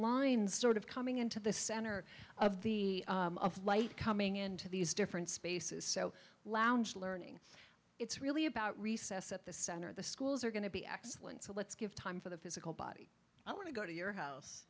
lines sort of coming into the center of the light coming into these different spaces so lounge learning it's really about recess at the center of the schools are going to be excellent so let's give time for the physical body i want to go to your house